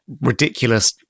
ridiculous